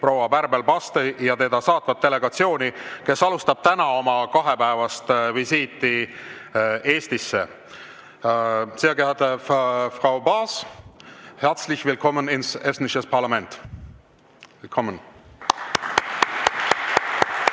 proua Bärbel Basi ja teda saatvat delegatsiooni, kes alustavad täna oma kahepäevast visiiti Eestisse. Sehr geehrte Frau Bas, herzliches willkommen im estnischen Parlament! Willkommen!